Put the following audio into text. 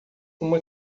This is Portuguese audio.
uma